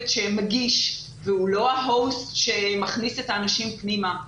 שמגיש והוא לא המארח שמכניס את האנשים פנימה,